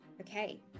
okay